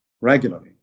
regularly